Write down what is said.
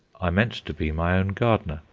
i meant to be my own gardener.